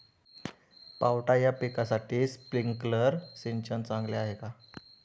पावटा या पिकासाठी स्प्रिंकलर सिंचन चांगले आहे का?